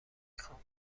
خوام